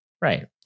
Right